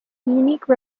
unique